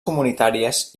comunitàries